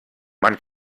man